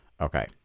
Okay